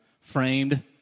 framed